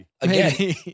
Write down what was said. again